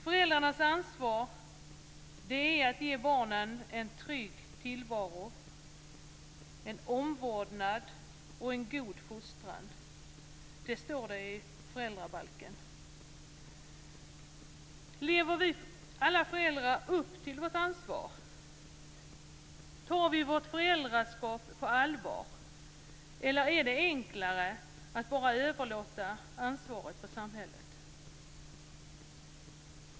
Föräldrarnas ansvar är att ge barnen en trygg tillvaro, omvårdnad och en god fostran. Det står i föräldrabalken. Lever alla vi föräldrar upp till vårt ansvar? Tar vi vårt föräldraskap på allvar, eller är det enklare att bara överlåta ansvaret på samhället?